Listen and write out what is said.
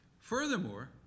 Furthermore